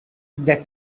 that